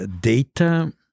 data